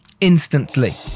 instantly